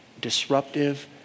disruptive